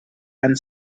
and